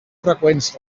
freqüents